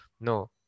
no